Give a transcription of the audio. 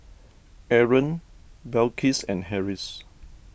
Aaron Balqis and Harris